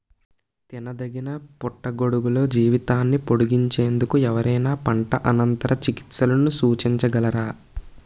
తినదగిన పుట్టగొడుగుల జీవితాన్ని పొడిగించేందుకు ఎవరైనా పంట అనంతర చికిత్సలను సూచించగలరా?